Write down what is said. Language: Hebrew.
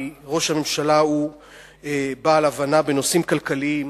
כי ראש הממשלה הוא בעל הבנה בנושאים כלכליים.